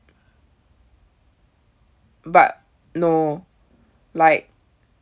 but no like